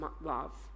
love